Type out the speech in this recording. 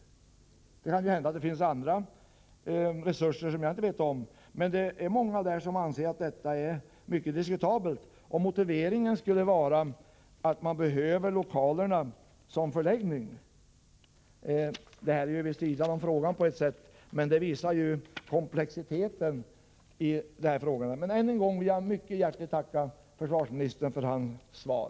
Det kan hända att det finns andra resurser som jag inte vet om, men det är många människor där som anser att det hela är mycket diskutabelt. Motiveringen för nedläggningen skulle vara att man behöver lokalerna som förläggning. Detta ligger på sätt och vis vid sidan om frågan, men det visar komplexiteten. Och än en gång vill jag mycket hjärtligt tacka försvarsministern för hans svar.